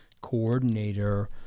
coordinator